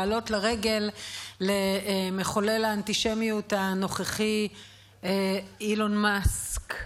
לעלות לרגל למחולל האנטישמיות הנוכחי אילון מאסק.